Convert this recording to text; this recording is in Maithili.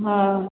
हँ